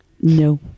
No